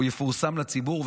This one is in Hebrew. הוא יפורסם לציבור,